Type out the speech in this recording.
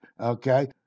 Okay